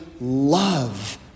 love